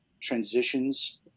transitions